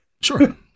Sure